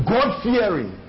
God-fearing